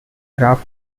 graph